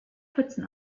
pfützen